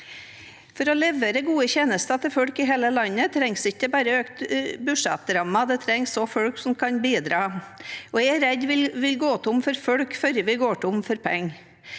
kunne levere gode tjenester til folk i hele landet trengs det ikke bare økte budsjettrammer, det trengs også folk som kan bidra. Jeg er redd vi vil gå tom for folk før vi går tom for penger.